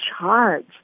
charge